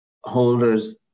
holders